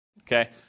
okay